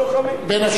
בין השאר.